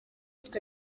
twe